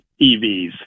EVs